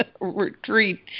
retreat